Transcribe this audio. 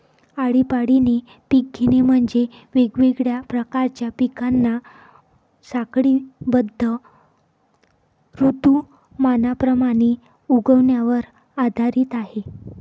आळीपाळीने पिक घेणे म्हणजे, वेगवेगळ्या प्रकारच्या पिकांना साखळीबद्ध ऋतुमानाप्रमाणे उगवण्यावर आधारित आहे